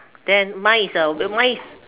then mine is a mine is